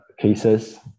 cases